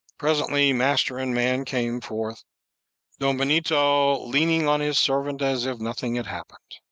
presently master and man came forth don benito leaning on his servant as if nothing had happened.